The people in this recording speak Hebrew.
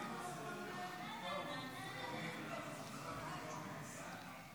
כבוד השר,